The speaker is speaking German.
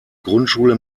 grundschule